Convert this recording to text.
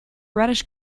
reddish